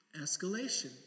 Escalation